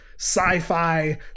sci-fi